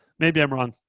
maybe i'm wrong,